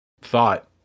thought